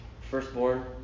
Firstborn